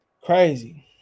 Crazy